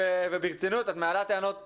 יפה, את מעלה טענות משמעותיות.